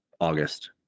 August